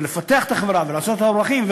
לפתח את החברה ולעשות לה רווחים,